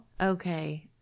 Okay